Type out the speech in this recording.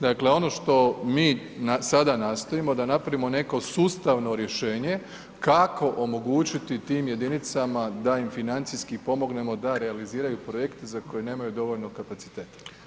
Dakle, ono što mi sada nastojimo, da napravimo neko sustavno rješenje kako omogućiti tim jedinicama da im financijski pomognemo da realiziraju projekte za koje nemaju dovoljno kapaciteta.